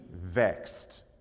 vexed